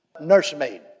nursemaid